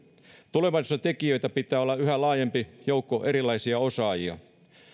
tulevaisuudessa tekijöinä pitää olla yhä laajempi joukko erilaisia osaajia